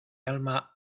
alma